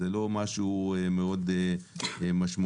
זה לא משהו מאוד משמעותי.